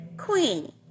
queen